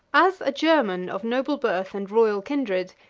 as a german of noble birth and royal kindred,